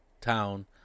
town